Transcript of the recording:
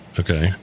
okay